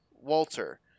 Walter